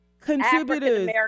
Contributors